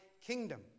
kingdom